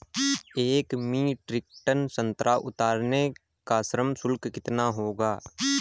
एक metric ton संतरा उतारने का श्रम शुल्क कितना होगा?